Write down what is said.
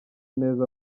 neza